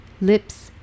Lips